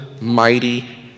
mighty